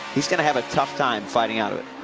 he's going to have a tough time fighting out of it.